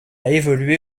évolué